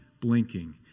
blinking